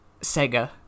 Sega